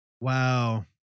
Wow